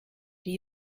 die